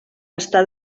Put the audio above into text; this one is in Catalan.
està